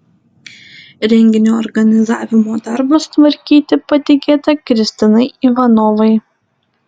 renginio organizavimo darbus tvarkyti patikėta kristinai ivanovai